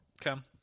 Come